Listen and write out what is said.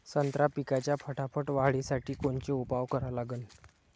संत्रा पिकाच्या फटाफट वाढीसाठी कोनचे उपाव करा लागन?